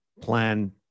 plan